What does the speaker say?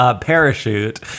parachute